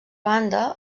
banda